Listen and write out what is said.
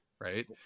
right